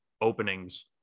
openings